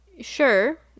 sure